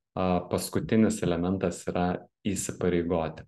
paskutinis elementas yra įsipareigoti